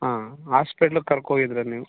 ಹಾಂ ಆಸ್ಪಿಟ್ಲ್ಗೆ ಕರ್ಕೊಗಿದ್ರಾ ನೀವು